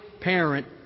parent